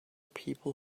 people